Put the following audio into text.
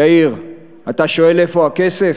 יאיר, אתה שואל איפה הכסף?